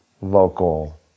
local